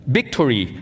victory